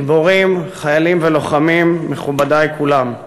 גיבורים, חיילים ולוחמים, מכובדי כולם,